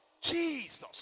Jesus